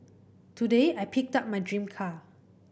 today I picked up my dream car